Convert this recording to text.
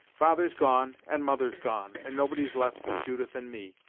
father's gone, and mother's gone, and nobody's left but judith and me,